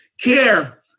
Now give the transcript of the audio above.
care